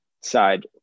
side